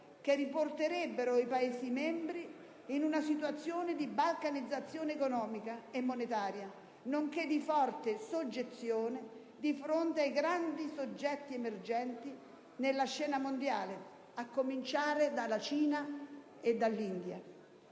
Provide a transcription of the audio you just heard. che riporterebbe i Paesi membri in una situazione di balcanizzazione economica e monetaria nonché di forte soggezione di fronte ai grandi soggetti emergenti nella scena mondiale, a cominciare dalla Cina e dall'India.